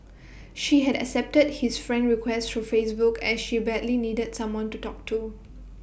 she had accepted his friend request through Facebook as she badly needed someone to talk to